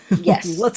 Yes